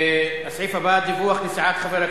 עשרה בעד, אין מתנגדים, אין נמנעים.